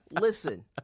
Listen